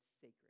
sacred